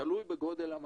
תלוי בגודל המאגר.